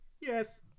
Yes